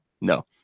No